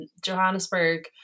Johannesburg